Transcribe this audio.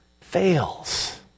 fails